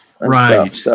Right